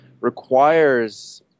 requires